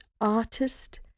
artist